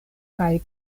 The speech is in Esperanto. kaj